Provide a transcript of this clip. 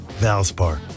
Valspar